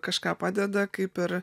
kažką padeda kaip ir